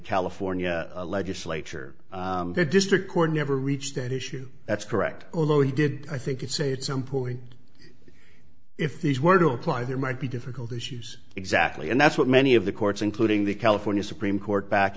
california legislature the district court never reached that issue that's correct although he did i think it's a at some point if these were to apply there might be difficult issues exactly and that's what many of the courts including the california supreme court back